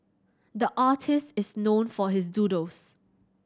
the artist is known for his doodles